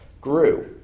grew